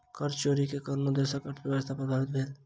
कर चोरी के कारणेँ देशक अर्थव्यवस्था प्रभावित भेल